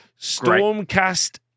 Stormcast